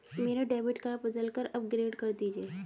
मेरा debit card बदलकर upgrade कर दीजिए